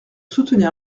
soutenir